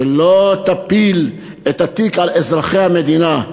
שלא תפיל את התיק על אזרחי המדינה.